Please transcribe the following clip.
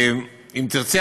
אם תרצה,